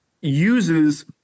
uses